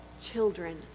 children